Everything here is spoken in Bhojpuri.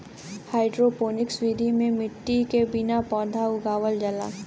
हाइड्रोपोनिक्स विधि में मट्टी के बिना पौधा उगावल जाला